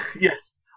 Yes